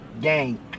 gang